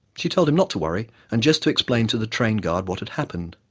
she told him not to worry and just to explain to the train guard what had happened.